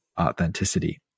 authenticity